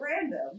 random